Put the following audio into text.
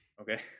Okay